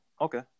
okay